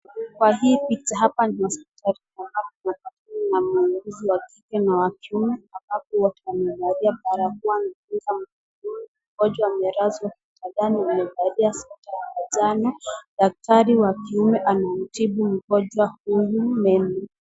Kwa hii picha hapa ni hospitali. Mgonjwa na mwanamke na mwanamume ambapo watu wameangalia pale ya kuwa ni mgonjwa. Mgonjwa amelazwa hospitali ya jana. Daktari wa kiume anamtibu mgonjwa huyu.